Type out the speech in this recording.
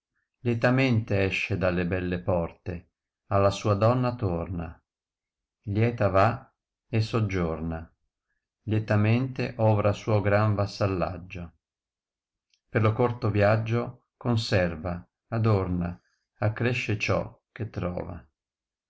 lietamente esce dalle belle porte alla sua donna torna lieta va e soggiorna lietamente ovra suo gran vassallaggio per lo corto viaggio conserva adorna accresce ciò che trova